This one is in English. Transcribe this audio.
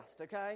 okay